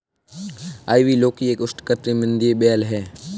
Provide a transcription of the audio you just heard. ivy लौकी एक उष्णकटिबंधीय बेल है